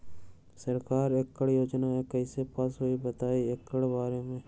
सरकार एकड़ योजना कईसे पास होई बताई एकर बारे मे?